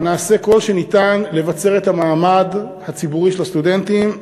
נעשה כל שניתן לבצר את המעמד הציבורי של הסטודנטים.